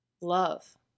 love